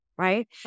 Right